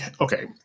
okay